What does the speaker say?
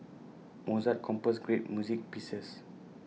Mozart composed great music pieces